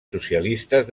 socialistes